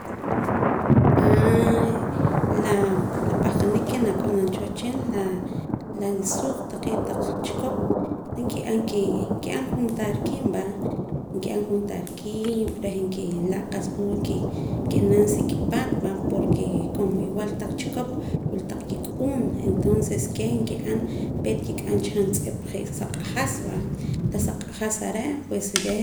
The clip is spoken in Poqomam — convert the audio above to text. la papahqanik ke nakab'anam cha wehchin la rikisuuq' taq chikop laa' nki nki'an juntaar kiib' va nki'an juntaar kiib' reh nkila' qa'sa mood nke'nam sa kipaat va porke como igual taq chikop wula taq kik'uun entonces keh nki'an peet nkik'am cha juntz'ip je' sa q'ajas va la sa q'ajas are' pues keh